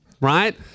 right